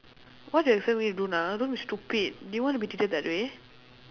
what do you expect me to do now don't be stupid do you want to be treated that way